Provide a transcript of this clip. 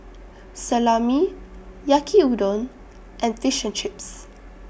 Salami Yaki Udon and Fish and Chips